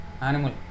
animal